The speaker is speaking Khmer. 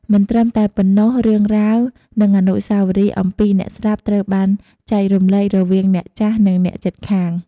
មិនត្រឹមតែប៉ុណ្ណោះ រឿងរ៉ាវនិងអនុស្សាវរីយ៍អំពីអ្នកស្លាប់ត្រូវបានចែករំលែករវាងអ្នកចាស់និងអ្នកជិតខាង។